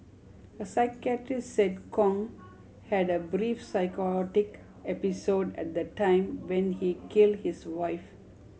a psychiatrist said Kong had a brief psychotic episode at the time when he kill his wife